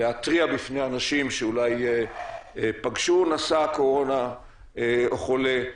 להתריע בפני אנשים שאולי פגשו נשא קורונה או חולה,